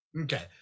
Okay